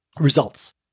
Results